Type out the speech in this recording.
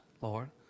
Lord